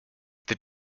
the